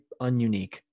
ununique